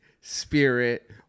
spirit